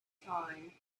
time